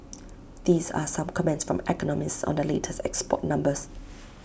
these are some comments from economists on the latest export numbers